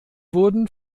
wurden